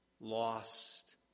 lost